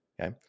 Okay